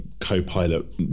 co-pilot